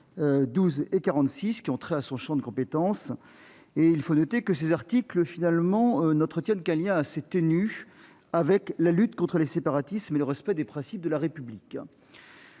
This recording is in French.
12 et 46 -, qui ont trait à son champ de compétences. Il faut noter que ces articles n'entretiennent qu'un lien assez ténu avec la lutte contre les séparatismes et le respect des principes de la République.